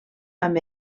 amb